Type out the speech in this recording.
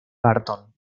burton